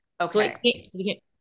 Okay